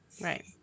right